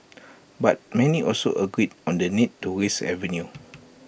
but many also agree on the need to raise revenue